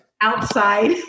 Outside